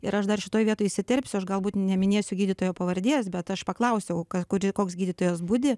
ir aš dar šitoj vietoj įsiterpsiu aš galbūt neminėsiu gydytojo pavardės bet aš paklausiau o ka kuri koks gydytojas budi